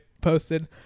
posted